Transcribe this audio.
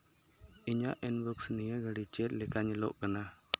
ᱤᱧᱟᱹᱜ ᱤᱱᱵᱚᱠᱥ ᱱᱤᱭᱟᱹ ᱜᱷᱟᱹᱲᱤᱡ ᱪᱮᱫᱞᱮᱠᱟ ᱧᱮᱞᱚᱜ ᱠᱟᱱᱟ